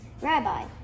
Rabbi